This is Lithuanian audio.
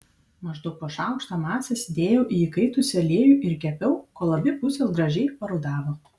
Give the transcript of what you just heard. maždaug po šaukštą masės dėjau į įkaitusį aliejų ir kepiau kol abi pusės gražiai parudavo